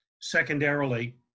secondarily